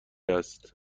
است